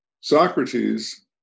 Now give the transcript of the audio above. Socrates